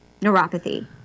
neuropathy